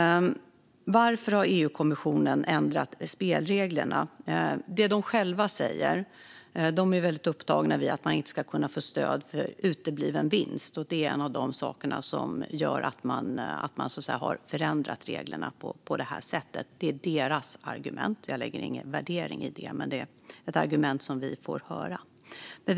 Varför har EU-kommissionen ändrat spelreglerna? De är väldigt upptagna av att man inte ska kunna få stöd för utebliven vinst, och det är en av de saker som gör att de har förändrat reglerna på detta sätt. Det är det argument jag har fått höra, och jag lägger ingen värdering i det.